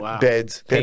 beds